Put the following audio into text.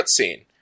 cutscene